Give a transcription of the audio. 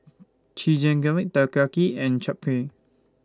Chigenabe Takoyaki and Japchae